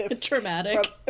Traumatic